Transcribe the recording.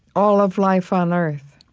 all of life on earth.